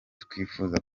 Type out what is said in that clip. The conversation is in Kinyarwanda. twifuza